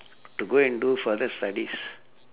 to go and do further studies